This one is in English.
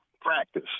practice